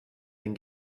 den